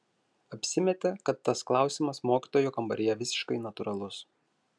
apsimetė kad tas klausimas mokytojų kambaryje visiškai natūralus